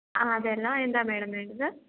ആ അതെല്ലൊ എന്താ മാഡം വിളിച്ചത്